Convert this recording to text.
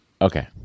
Okay